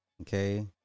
Okay